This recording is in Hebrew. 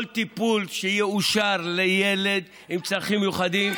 כל טיפול שיאושר לילד עם צרכים מיוחדים,